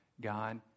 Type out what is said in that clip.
God